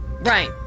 Right